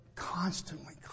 constantly